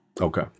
okay